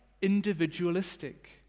individualistic